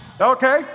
Okay